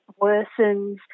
worsens